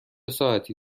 ساعتی